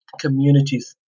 communities